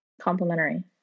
Complementary